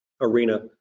arena